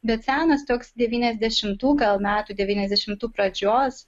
bet senas toks devyniasdešimtų gal metų devyniasdešimtų pradžios